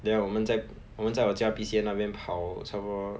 then 我们在我们在我家 P_C_F 那边跑差不多